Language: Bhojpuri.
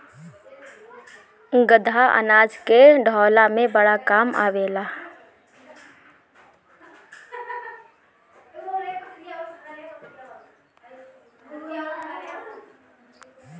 गदहा अनाज के ढोअला में बड़ा काम आवेला